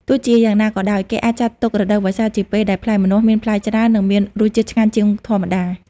ទោះជាយ៉ាងណាក៏ដោយ គេអាចចាត់ទុក រដូវវស្សា ជាពេលដែលផ្លែម្នាស់មានផ្លែច្រើន និងមានរសជាតិឆ្ងាញ់ជាងធម្មតា។